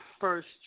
first